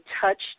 touched